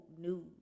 news